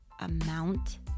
amount